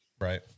right